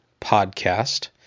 Podcast